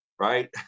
right